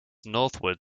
northward